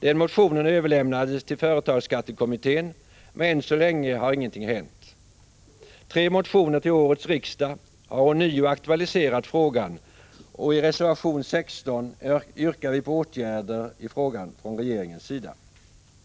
Den motionen överlämnades till före tagsskattekommitten, men än så länge har ingenting hänt. Tre motioner till årets riksdag har ånyo aktualiserat frågan, och i reservation 16 yrkar vi på åtgärder i frågan från regeringens sida.